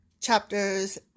chapters